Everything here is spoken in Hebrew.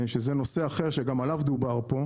שזה נושא אחר שגם עליו דובר פה,